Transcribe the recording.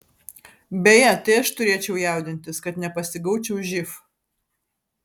beje tai aš turėčiau jaudintis kad nepasigaučiau živ